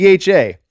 DHA